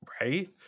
Right